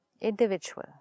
Individual